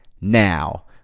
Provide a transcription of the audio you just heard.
Now